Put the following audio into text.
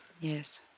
Yes